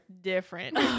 different